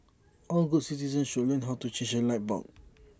all good citizens should learn how to change A light bulb